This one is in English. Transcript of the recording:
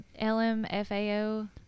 LMFAO